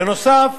בנוסף,